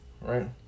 right